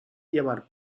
llevar